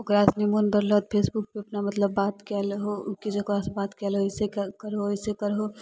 ओकरा सँ नहि मोन भरलौ तऽ फेसबुक पर अपना मतलब बात कए लहो किछो ओकरासँ बात कए लहो ऐसे करहो वैसे करहो